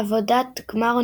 עבודת גמר,